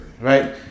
Right